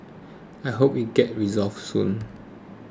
I hope it gets resolved soon